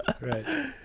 right